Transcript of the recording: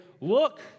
look